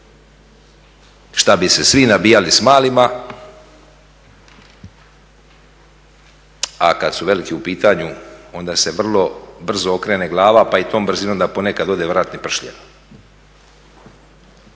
Šta bi se svi nabijali s malima, a kad su veliki u pitanju onda se vrlo brzo okrene glava pa i tom brzinom da ponekada ode vratni pršljen.